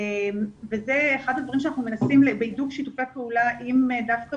וזה אחד הדברים שלנו בהידוק שיתופי הפעולה עם דווקא